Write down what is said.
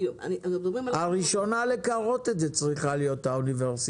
כי אנחנו מדברים על --- הראשונה לקרות את זה צריכה להיות האוניברסיטה,